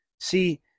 See